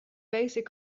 basic